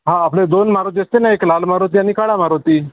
हा आपले दोन मारुती असते ना एक लाल मारुती काळा मारुती